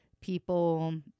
people